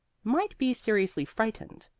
might be seriously frightened.